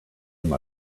name